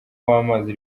w’amazi